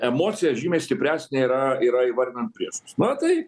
emocija žymiai stipresnė yra yra įvardint priešus na tai